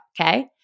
Okay